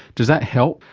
does that help?